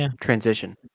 Transition